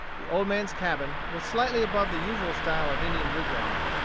the old man's cabin was slightly above the usual style of indian wigwams.